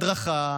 הדרכה.